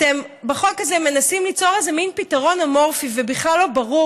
אתם בחוק הזה מנסים ליצור איזה מין פתרון אמורפי ובכלל לא ברור